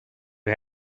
who